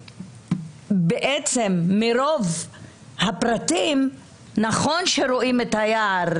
מרוב הפרטים נכון שרואים את היער,